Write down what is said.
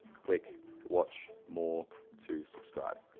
click watch more to subscribe.